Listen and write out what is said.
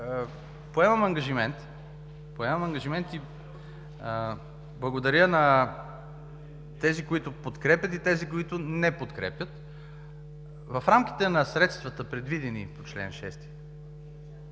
поемам ангажимент и благодаря на тези, които подкрепят, и тези, които не подкрепят – в рамките на средствата, предвидени по чл. 6,